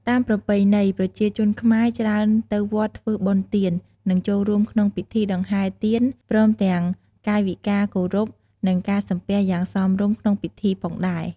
តាមប្រពៃណី ប្រជាជនខ្មែរច្រើនទៅវត្តធ្វើបុណ្យទាន និងចូលរួមក្នុងពិធីដង្ហែទៀនព្រមទាំងកាយវិការគោរព និងការសំពះយ៉ាងសមរម្យក្នុងពីធីផងដែរ។